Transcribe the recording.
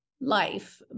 life